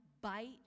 bite